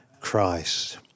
Christ